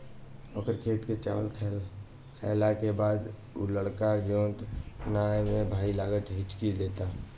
ओकर खेत के चावल खैला के बाद उ लड़का जोन नाते में भाई लागेला हिच्की लेता